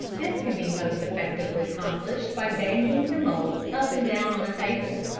this can be most effectively accomplished by banging the mould up and down on a table.